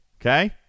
Okay